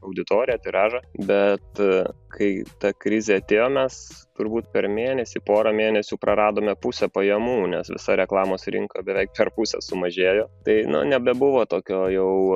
auditoriją tiražą bet kai ta krizė atėjo mes turbūt per mėnesį porą mėnesių praradome pusę pajamų nes visa reklamos rinka beveik per pusę sumažėjo tai nu nebebuvo tokio jau